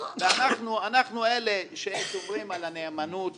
ואנחנו אלה ששומרים על הנאמנות